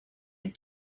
had